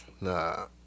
Nah